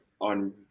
on